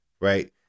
right